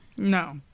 No